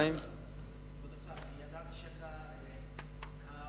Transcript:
כ"ו באייר התשס"ט (20 במאי 2009): בשנים